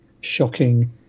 shocking